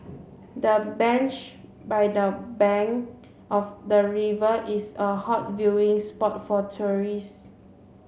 the bench by the bank of the river is a hot viewing spot for tourists